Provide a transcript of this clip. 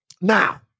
Now